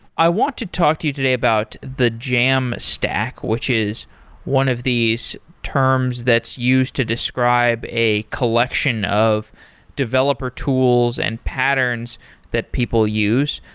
i want to talk to you today about the jamstack, which is one of these terms that's used to describe a collection of developer tools and patterns that people use.